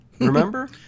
remember